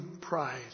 pride